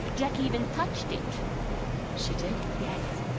jacki even touched it she did? yes.